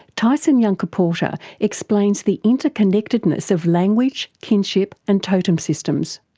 tyson yunkaporta explains the interconnectedness of language, kinship and totem systems.